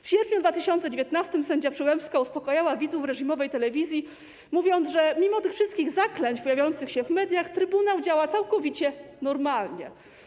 W sierpniu 2019 r. sędzia Przyłębska uspokajała widzów reżimowej telewizji, mówiąc, że mimo tych wszystkich zaklęć pojawiających się w mediach trybunał działa całkowicie normalnie.